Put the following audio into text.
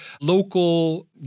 local